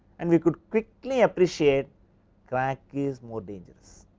and we could quickly appreciate crack is more dangerous.